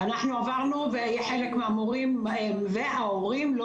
600 הורים לא רוצים שיבוץ?